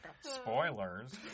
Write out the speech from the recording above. Spoilers